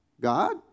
God